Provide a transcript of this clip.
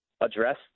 address